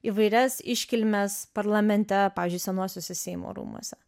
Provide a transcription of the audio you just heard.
įvairias iškilmes parlamente pavyzdžiui senuosiuose seimo rūmuose